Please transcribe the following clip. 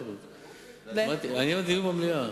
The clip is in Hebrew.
לדיון במליאה.